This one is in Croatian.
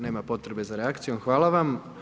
Nema potrebe za reakcijom, hvala vam.